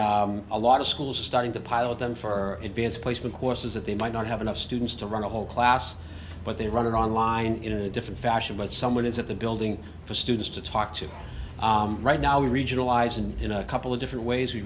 and a lot of schools are starting to pile them for advanced placement courses that they might not have enough students to run a whole class but they run it online in a different fashion but someone is at the building for students to talk to right now regionalize and in a couple of different ways we